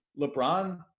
LeBron